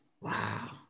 Wow